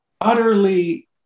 utterly